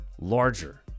larger